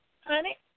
honey